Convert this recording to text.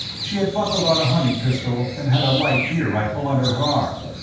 she had buckled on a hunting pistol, and had a light deer rifle under her arm.